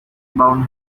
bowen